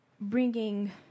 bringing